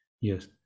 yes